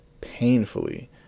painfully